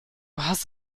hast